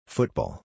Football